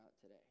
today